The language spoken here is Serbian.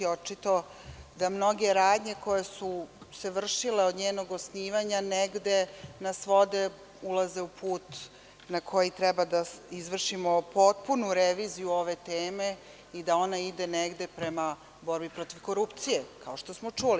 Očito da mnoge radnje koje su se vršile od njenog osnivanja negde nas vode, ulaze u put na koji treba da izvršimo potpunu reviziju ove teme i da ona ide negde prema borbi protiv korupcije, kao što smo čuli.